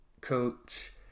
coach